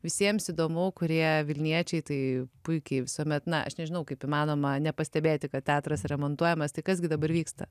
visiems įdomu kurie vilniečiai tai puikiai visuomet na aš nežinau kaip įmanoma nepastebėti kad teatras remontuojamas tai kas gi dabar vyksta